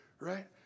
right